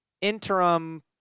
interim